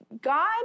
God